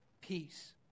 peace